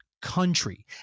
Country